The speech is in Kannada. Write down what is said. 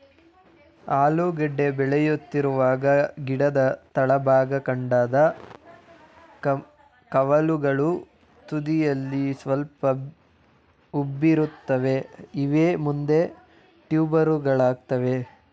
ಆಲೂಗೆಡ್ಡೆ ಬೆಳೆಯುತ್ತಿರುವಾಗ ಗಿಡದ ತಳಭಾಗ ಕಾಂಡದ ಕವಲುಗಳು ತುದಿಯಲ್ಲಿ ಸ್ವಲ್ಪ ಉಬ್ಬಿರುತ್ತವೆ ಇವೇ ಮುಂದೆ ಟ್ಯೂಬರುಗಳಾಗ್ತವೆ